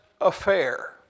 affair